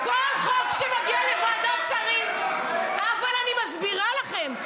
כל חוק שמגיע לוועדת שרים, אבל אני מסבירה לכם.